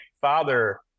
father